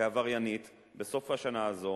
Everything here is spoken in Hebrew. כעבריינית בסוף השנה הזאת,